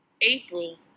April